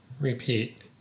Repeat